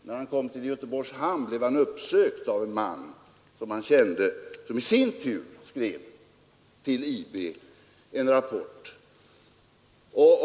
När han kom till Göteborgs hamn blev han uppsökt av en man som han kände, och denne skrev i sin tur en rapport till IB.